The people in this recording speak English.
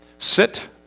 Sit